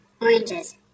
oranges